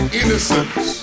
innocence